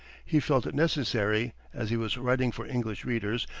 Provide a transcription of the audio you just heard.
he felt it necessary, as he was writing for english readers,